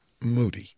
Moody